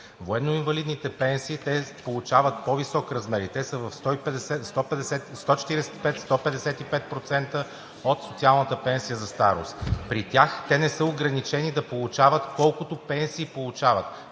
Военно-инвалидните пенсии – те получават по-висок размер, и са 145 – 155% от социалната пенсия за старост, при тях те не са ограничени да получават, колкото пенсии получават.